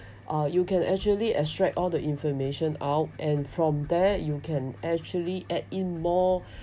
uh you can actually extract all the information out and from there you can actually add in more